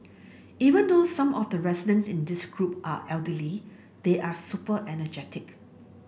even though some of the residents in this group are elderly they are super energetic